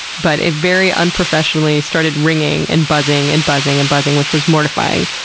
but it very unprofessionally started ringing and buzzing and buzzing and buzzing which was mortifying.